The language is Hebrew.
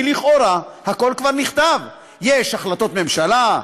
לכאורה הכול כבר נכתב: יש החלטות ממשלה,